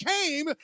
came